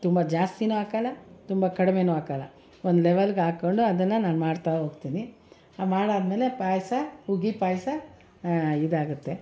ತುಂಬ ಜಾಸ್ತಿಯೂ ಹಾಕೋಲ್ಲ ತುಂಬ ಕಡಿಮೆನೂ ಹಾಕೋಲ್ಲ ಒಂದು ಲೆವೆಲಿಗೆ ಹಾಕ್ಕೊಂಡು ಅದನ್ನು ನಾನು ಮಾಡ್ತಾ ಹೋಗ್ತೀನಿ ಆ ಮಾಡಾದ್ಮೇಲೆ ಪಾಯಸ ಉಗಿ ಪಾಯಸ ಇದಾಗುತ್ತೆ